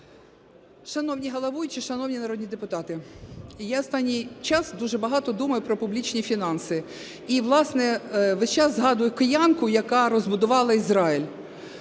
Шановний головуючий, шановні народні депутати! Я останній час дуже багато думаю про публічні фінанси і, власне, весь час згадую киянку, яка розбудувала Ізраїль,